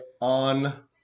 on